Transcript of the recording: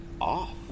Off